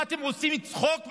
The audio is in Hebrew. מה, אתם עושים צחוק מההנהגה?